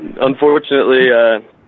Unfortunately